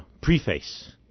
preface